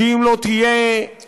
כי אם לא תהיה רוח,